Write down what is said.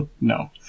No